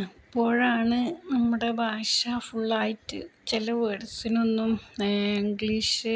അപ്പോഴാണ് നമ്മുടെ ഭാഷ ഫുള്ളായിട്ടു ചില വേർഡ്സിനൊന്നും ഇംഗ്ലീഷ്